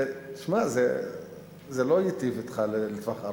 זה לא ייטיב אתך לטווח הארוך.